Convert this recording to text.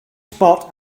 spot